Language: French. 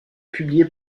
publié